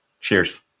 Cheers